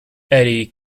eddie